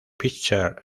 picture